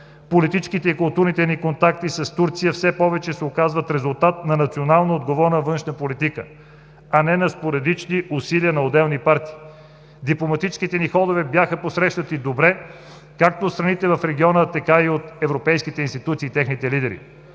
Политическите и културните ни контакти с Турция все повече се оказват резултат на национално отговорна външна политика, а не на спорадични усилия на отделни партии. Дипломатическите ни ходове бяха посрещнати добре както от страните в региона, така и от европейските институции и техните лидери.